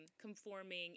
conforming